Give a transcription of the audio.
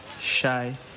shy